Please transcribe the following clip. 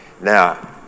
Now